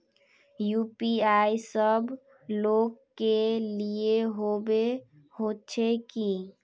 UPI सब लोग के लिए होबे होचे की?